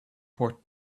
port